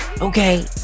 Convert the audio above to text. Okay